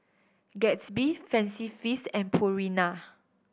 Gatsby Fancy Feast and Purina